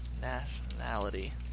nationality